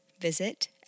visit